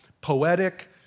poetic